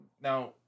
Now